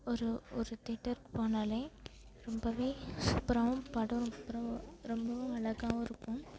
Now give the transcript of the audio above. ஒரு ஒரு தேட்டருக்கு போனாலே ரொம்பவே சூப்பராகவும் படம் ரொ ரொம்பவும் அழகாவும் இருக்கும்